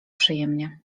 przyjemnie